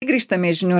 grįžtame į žinių